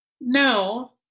No